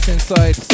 inside